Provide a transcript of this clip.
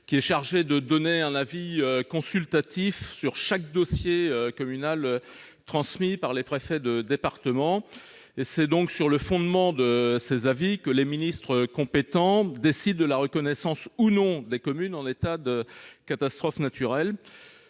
naturelles, chargée de donner un avis consultatif sur chaque dossier communal transmis par les préfets de département. C'est sur le fondement de ces avis que les ministres compétents décident de la reconnaissance ou non des communes en état de catastrophe naturelle.